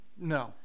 No